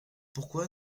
pourquoi